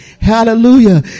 Hallelujah